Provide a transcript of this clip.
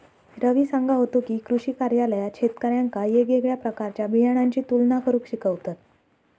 रवी सांगा होतो की, कृषी कार्यालयात शेतकऱ्यांका येगयेगळ्या प्रकारच्या बियाणांची तुलना करुक शिकवतत